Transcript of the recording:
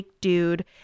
dude